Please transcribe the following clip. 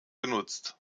genutzt